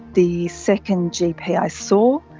the second gp i saw,